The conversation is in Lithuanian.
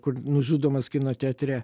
kur nužudomas kino teatre